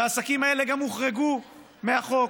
והעסקים האלה גם הוחרגו מהחוק.